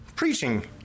Preaching